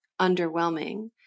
underwhelming